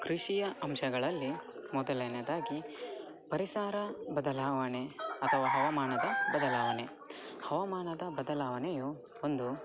ಕೃಷಿಯ ಅಂಶಗಳಲ್ಲಿ ಮೊದಲನೆಯದಾಗಿ ಪರಿಸರ ಬದಲಾವಣೆ ಅಥವಾ ಹವಮಾನದ ಬದಲಾವಣೆ ಹವಮಾನದ ಬದಲಾವಣೆಯು ಒಂದು